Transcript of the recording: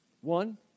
one